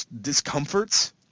discomforts